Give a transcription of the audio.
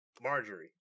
Marjorie